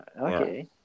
Okay